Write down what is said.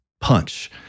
punch